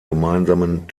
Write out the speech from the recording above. gemeinsamen